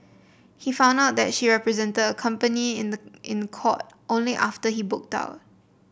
he found out that she represented the company in the in the court only after he booked out